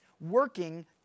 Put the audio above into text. working